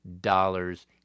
dollars